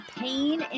pain